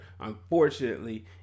Unfortunately